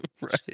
Right